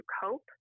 cope